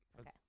Okay